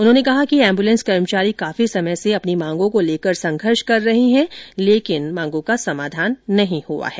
उन्होंने कहा कि एंब्लेस कर्मचारी काफी समय से अपनी मांगो को लेकर संघर्ष कर रहे हैं लेकिन मांगों का समाधान नहीं हुआ है